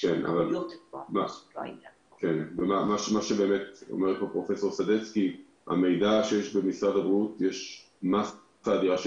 אבל אומרת פה פרופ' סדצקי שיש מסה אדירה של